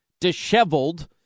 disheveled